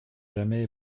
jamais